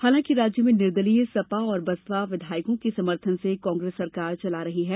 हालांकि राज्य में निर्दलीय सपा और बसपा विधायकों के समर्थन से कांग्रेस सरकार चला रही है